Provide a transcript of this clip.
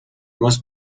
must